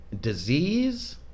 disease